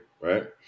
right